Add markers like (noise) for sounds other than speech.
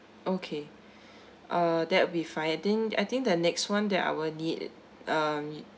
okay (breath) uh that'll be fine I think I think the next one that I will need uh